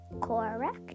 Correct